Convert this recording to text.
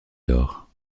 d’or